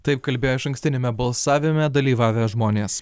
taip kalbėjo išankstiniame balsavime dalyvavę žmonės